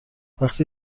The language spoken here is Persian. وقتی